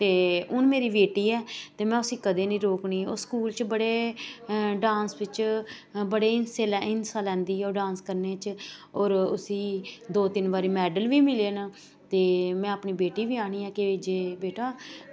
ते हून मेरी बेटी ऐ ते में उस्सी कदें निं रोकनी स्कूल च बड़े डांस बिच बड़ा हिस्सा लैंदी ऐ ओह् डांस करने च हुए उस्सी दो तिन्न बारी मेडल बी मिले न ते में अपनी बेटी बी आनी ऐ जे बेटा